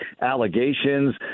allegations